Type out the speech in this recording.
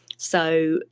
so,